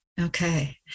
okay